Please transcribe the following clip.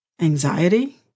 anxiety